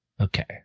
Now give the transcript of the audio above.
okay